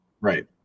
Right